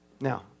Now